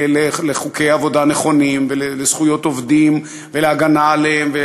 לחוקי עבודה נכונים ולזכויות עובדים ולהגנה עליהם,